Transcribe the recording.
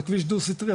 זה כביש דו סטרי',